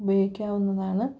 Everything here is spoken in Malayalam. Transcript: ഉപയോഗിക്കാവുന്നതാണ്